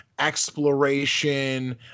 exploration